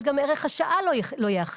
אז גם ערך השעה לא ייאכף.